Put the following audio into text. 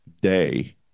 day